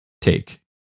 take